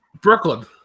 Brooklyn